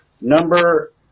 number